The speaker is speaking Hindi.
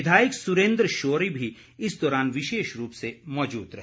विधायक सुरेन्द्र शौरी भी इस दौरान विशेष रूप से मौजूद रहे